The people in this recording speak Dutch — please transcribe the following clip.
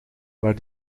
maar